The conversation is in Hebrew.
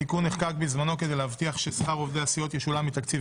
התיקון נחקק בזמנו כדי להבטיח ששכר עובדי הסיעות ישולם מתקציב